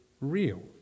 real